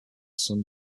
san